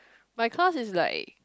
my class is like